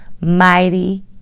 mighty